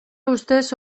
ustez